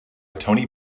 tony